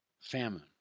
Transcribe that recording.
famine